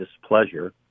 displeasure